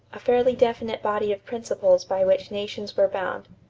a fairly definite body of principles by which nations were bound.